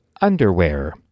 underwear